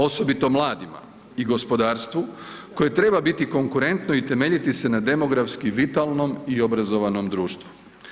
Osobito mladima i gospodarstvu koje treba biti konkurentno i temeljiti se na demografski vitalnom i obrazovanom društvu.